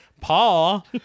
Paul